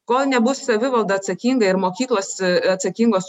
kol nebus savivalda atsakinga ir mokyklos atsakingos